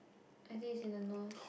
I think is in the nose